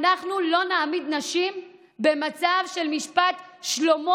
אנחנו לא נעמיד נשים במצב של משפט שלמה